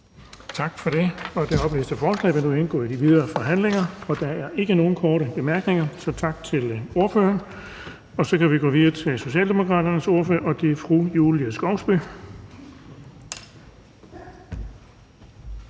Tak for det. Det oplæste forslag til vedtagelse vil nu indgå i de videre forhandlinger. Der er ikke nogen korte bemærkninger, så tak til ordføreren. Så kan vi gå videre til Socialdemokraternes ordfører, og det er fru Julie Skovsby.